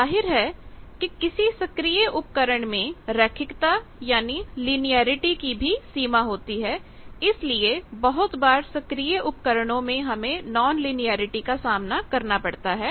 जाहिर है कि किसी सक्रिय उपकरण में रैखिकतालीनियरिटी की भी सीमा होती है इसलिए बहुत बार सक्रिय उपकरणों में हमें नॉन लीनियरिटी का सामना करना पड़ता है